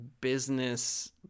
business